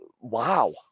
Wow